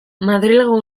madrilgo